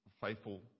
faithful